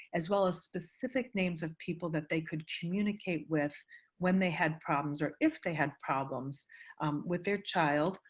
as well as specific names of people that they could communicate with when they had problems or if they had problems with their child,